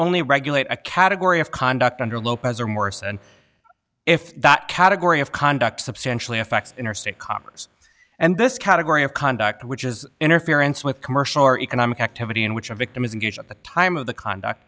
only regulate a category of conduct under lopez or morris and if that category of conduct substantially affects interstate commerce and this category of conduct which is interference with commercial or economic activity in which a victim is engaged at the time of the conduct